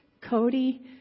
Cody